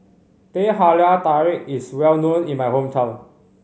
Teh Halia Tarik is well known in my hometown